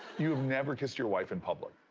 you've never kissed your wife in public?